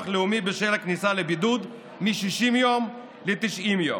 לאומי בשל כניסה לבידוד מ-60 יום ל-90 יום.